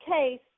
case